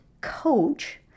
coach